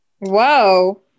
Whoa